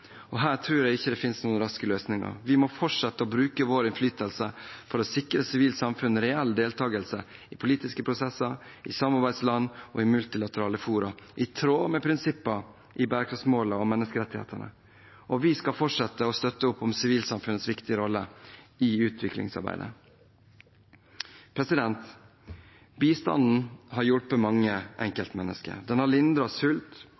Her tror jeg ikke det finnes noen raske løsninger. Vi må fortsette å bruke vår innflytelse for å sikre sivilt samfunn reell deltakelse i politiske prosesser, i samarbeidsland og i multilaterale fora, i tråd med prinsippene i bærekraftsmålene og menneskerettighetene. Og vi skal fortsette å støtte opp om sivilsamfunnets viktige rolle i utviklingsarbeidet. Bistanden har hjulpet mange enkeltmennesker. Den har lindret sult,